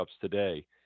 today